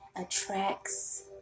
attracts